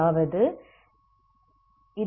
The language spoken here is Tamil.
அதாவது ஜெனரல் சொலுயுஷன் ஆகும்